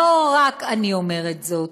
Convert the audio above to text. לא רק אני אומרת זאת,